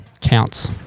Counts